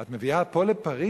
את מביאה פה לפריס?